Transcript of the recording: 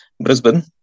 Brisbane